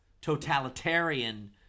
totalitarian